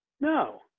No